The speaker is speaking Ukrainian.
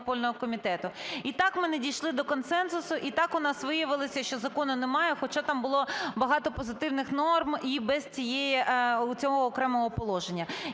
І так ми не дійшли до консенсусу, і так у нас виявилося, що закону немає, хоча там було багато позитивних норм і без цієї... оцього окремого положення.